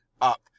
up